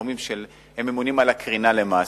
שהם ממונים על הקרינה למעשה.